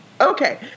Okay